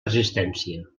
resistència